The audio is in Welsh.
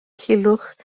culhwch